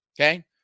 Okay